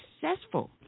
successful